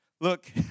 Look